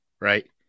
right